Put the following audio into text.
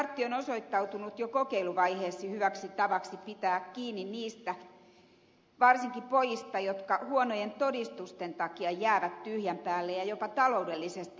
startti on osoittautunut jo kokeiluvaiheessa hyväksi tavaksi pitää kiinni niistä varsinkin pojista jotka huonojen todistusten takia jäävät tyhjän päälle ja jopa taloudellisesti yksin